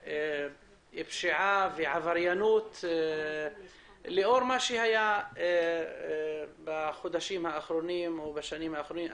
פשיעה ועבריינות לאור מה שהיה בחודשים האחרונים ובשנים האחרונות.